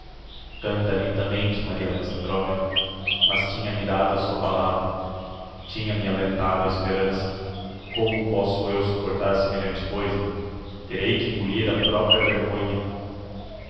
canta lindamente maria alexandrovna mas tinha-me dado a sua palavra tinha-me alentado a esperança como posso eu supportar semelhante coisa terei que engulir a propria vergonha